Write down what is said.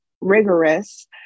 rigorous